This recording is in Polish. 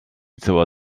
cała